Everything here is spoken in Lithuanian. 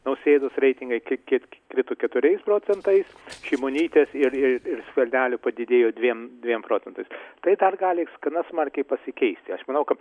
nausėdos reitingai kiek kiek krito keturiais procentais šimonytės ir ir ir skvernelio padidėjo dviem dviem procentais tai dar gali gana smarkiai pasikeisti aš manau kad